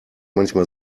manchmal